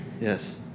yes